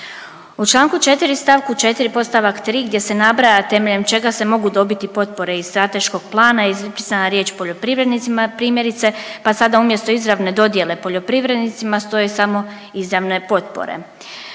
U čl. 4. st. 4. podstavak 3, gdje se nabraja temeljem čega se mogu dobiti potpore iz strateškog plana je ispisana riječ poljoprivrednicima primjerice pa sad umjesto izravne dodjele poljoprivrednicima stoje samo izravna potpore.